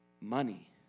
money